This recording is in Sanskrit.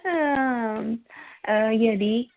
यदि